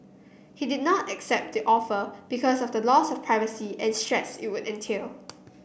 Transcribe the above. he did not accept the offer because of the loss of privacy and stress it would entail